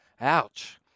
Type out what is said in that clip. Ouch